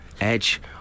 Edge